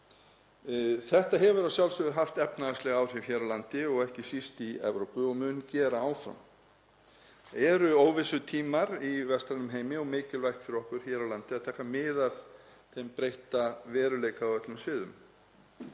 Þetta hefur að sjálfsögðu haft efnahagsleg áhrif hér á landi og ekki síst í Evrópu og mun gera áfram. Það eru óvissutímar í vestrænum heimi og mikilvægt fyrir okkur hér á landi að taka mið af þeim breytta veruleika á öllum sviðum.